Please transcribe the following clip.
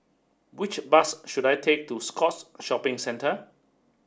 which bus should I take to Scotts Shopping Centre